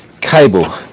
cable